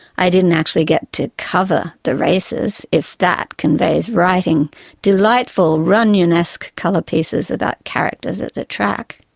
i didn't actually get to cover the races, if that conveys writing delightful runyonesque colour pieces about characters at the track.